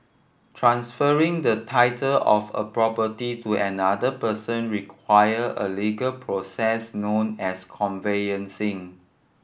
transferring the title of a property to another person require a legal process known as conveyancing